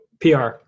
PR